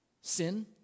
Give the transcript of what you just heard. sin